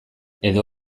edo